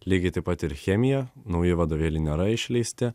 lygiai taip pat ir chemija nauji vadovėliai nėra išleisti